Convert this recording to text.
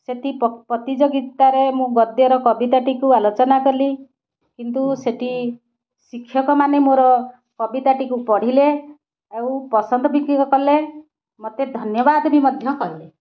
ସେଠି ପ୍ରତିଯୋଗିତାରେ ମୁଁ ଗଦ୍ୟର କବିତାଟିକୁ ଆଲୋଚନା କଲି କିନ୍ତୁ ସେଠି ଶିକ୍ଷକମାନେ ମୋର କବିତାଟିକୁ ପଢ଼ିଲେ ଆଉ ପସନ୍ଦ ବି କଲେ ମୋତେ ଧନ୍ୟବାଦ ବି ମଧ୍ୟ କହିଲେ